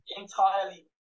entirely